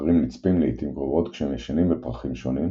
הזכרים נצפים לעיתים קרובות כשהם ישנים בפרחים שונים,